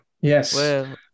Yes